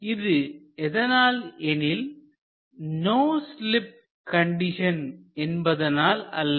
இது எதனால் எனில்நோ ஸ்லீப் கண்டிஷன் என்பதனால் அல்ல